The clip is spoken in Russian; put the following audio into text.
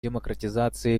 демократизации